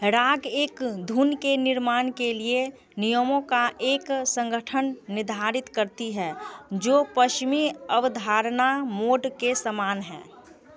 राग एक धुन के निर्माण के लिए नियमों का एक संगठन निर्धारित करती है जो पश्चिमी अवधारणा मोड के समान है